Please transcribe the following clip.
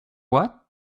what